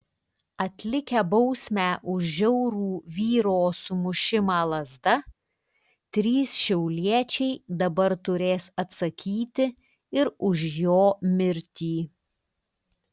atlikę bausmę už žiaurų vyro sumušimą lazda trys šiauliečiai dabar turės atsakyti ir už jo mirtį